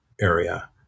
area